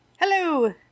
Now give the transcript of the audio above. Hello